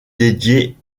dédiée